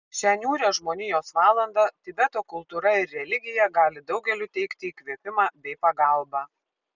šią niūrią žmonijos valandą tibeto kultūra ir religija gali daugeliui teikti įkvėpimą bei pagalbą